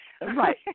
Right